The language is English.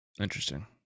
Interesting